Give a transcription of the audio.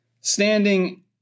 standing